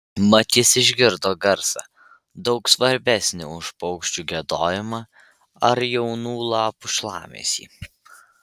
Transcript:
mat jis išgirdo garsą daug svarbesnį už paukščių giedojimą ar jaunų lapų šlamesį